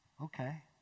okay